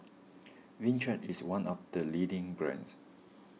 Vichy is one of the leading brands